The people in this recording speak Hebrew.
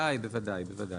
בוודאי, בוודאי.